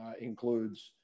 includes